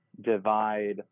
divide